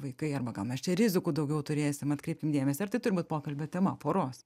vaikai arba gal mes čia rizikų daugiau turėsim atkreipkim dėmesį ar tai turi būt pokalbio tema poros